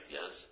Yes